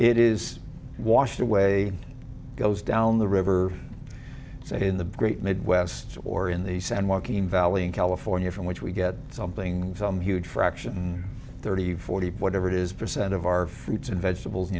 it is washed away and goes down the river in the great midwest or in the san joaquin valley in california from which we get something huge fraction thirty forty whatever it is percent of our fruits and vegetables